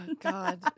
God